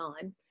time